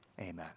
Amen